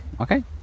Okay